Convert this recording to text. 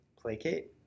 placate